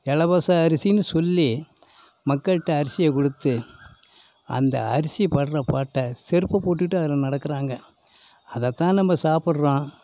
இலவச அரிசின்னு சொல்லி மக்கள்கிட்ட அரிசியை கொடுத்து அந்த அரிசி பட்றப்பாட்ட செருப்பு போட்டுவிட்டு அதில் நடக்குறாங்க அதைத்தான் நம்ப சாப்பிட்றோம்